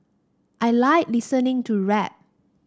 I like listening to rap